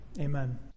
Amen